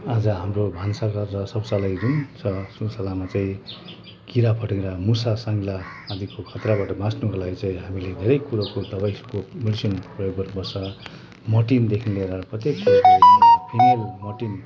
आज हाम्रो भान्साघर र शौचालय जुन छ शौचालयमा चाहिँ किरा फट्याङ्ग्रा मुसा साङ्ला आदिको खतराबाट बाच्नको लागि चै हामीले धेरै कुरोको दबाईको मेसिनको प्रयोग गर्नु पर्छ मोर्टिनदेखि लिएर फिनेल मोर्टिन लिएर